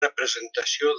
representació